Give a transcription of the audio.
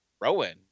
Rowan